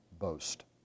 boast